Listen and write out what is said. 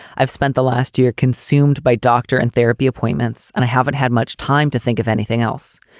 i've spent the last year. consumed by doctor and therapy appointments, and i haven't had much time to think of anything else.